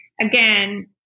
again